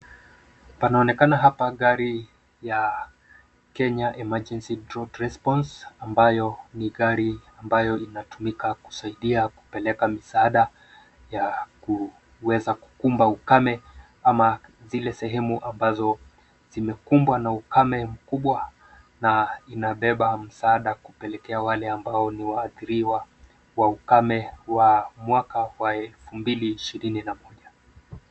Panaonekana hapa gari ya Kenya emergency drought response ambayo ni gari ambayo inatumika kusaidia kupeleka misaada ya kuweza kukumba ukame ama zile sehemu ambazo zimekumbwa na ukame mkubwa na inabeba msaada kupelekea wale ambao ni waathiriwa wa ukame wa mwaka wa 2021.